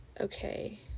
Okay